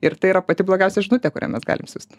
ir tai yra pati blogiausia žinutė kurią mes galime siųsti